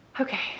Okay